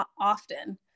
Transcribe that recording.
often